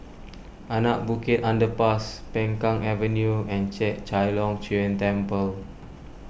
Anak Bukit Underpass Peng Kang Avenue and Chek Chai Long Chuen Temple